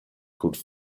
called